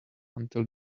until